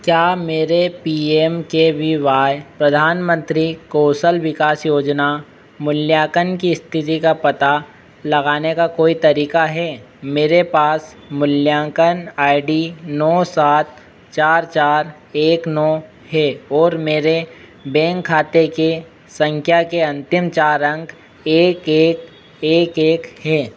क्या मेरे P M K V Y प्रधानमन्त्री कौशल विकास योजना मूल्यान्कन की इस्थिति का पता लगाने का कोई तरीका है मेरे पास मूल्यान्कन आई डी नौ सात चार चार एक नौ है और मेरे बैंक खाते की सँख्या के अन्तिम चार अंक एक एक एक एक हैं